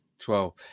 Twelve